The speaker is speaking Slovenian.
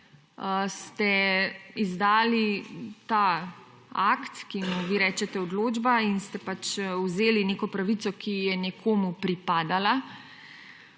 ste izdali ta akt, ki mu vi rečete odločba in ste pač vzeli neko pravico, ki je nekomu pripadala.